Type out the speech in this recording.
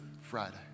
Friday